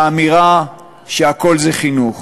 לאמירה שהכול חינוך,